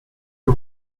que